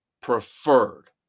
preferred